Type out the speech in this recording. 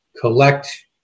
collect